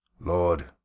Lord